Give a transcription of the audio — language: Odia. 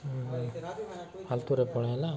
ଫଲତୁରେ ପଳେଇଲା